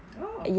oh